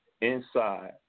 Inside